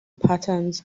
patterns